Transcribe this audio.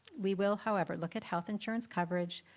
we will, however, look at health insurance coverage,